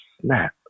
snap